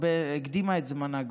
הקדימה את זמנה,